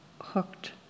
hooked